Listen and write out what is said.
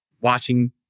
watching